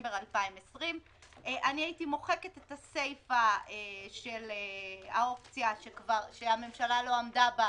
בדצמבר 2020". הייתי מוחקת את הסיפה של האופציה שהממשלה לא עמדה בה,